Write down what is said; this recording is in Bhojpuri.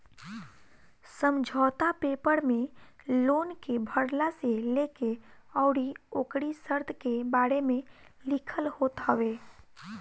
समझौता पेपर में लोन के भरला से लेके अउरी ओकरी शर्त के बारे में लिखल होत हवे